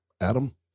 Adam